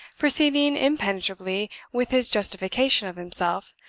proceeding impenetrably with his justification of himself,